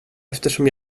eftersom